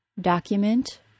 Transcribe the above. document